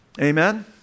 Amen